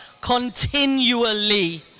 continually